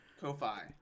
ko-fi